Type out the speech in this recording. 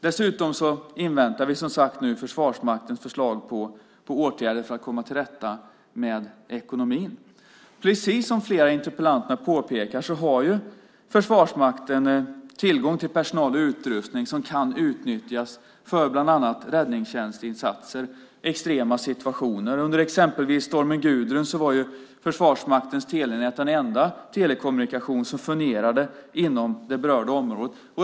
Dessutom inväntar vi som sagt nu Försvarsmaktens förslag på åtgärder för att komma till rätta med ekonomin. Precis som flera av interpellanterna påpekar har Försvarsmakten tillgång till personal och utrustning som kan utnyttjas för bland annat räddningstjänstinsatser och extrema situationer. Under exempelvis stormen Gudrun var Försvarsmaktens telenät den enda telekommunikation som fungerade inom det berörda området.